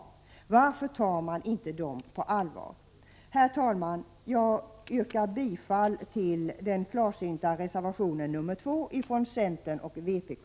Varför tar man inte dem på allvar? Herr talman! Jag yrkar bifall till den klarsynta reservationen nr 2 från centern och vpk.